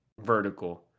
vertical